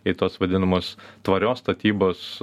į tuos vadinamus tvarios statybos